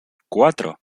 cuatro